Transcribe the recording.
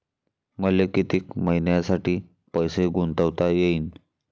मले कितीक मईन्यासाठी पैसे गुंतवता येईन?